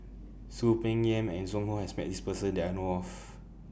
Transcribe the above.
Soon Peng Yam and Zhu Hong has Met This Person that I know of